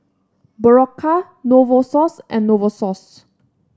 Berocca Novosource and Novosource